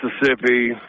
Mississippi